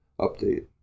update